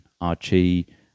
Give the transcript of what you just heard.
Archie